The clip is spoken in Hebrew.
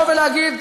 לבוא ולהגיד,